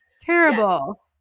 Terrible